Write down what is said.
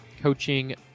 coaching